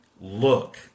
Look